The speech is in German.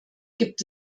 gibt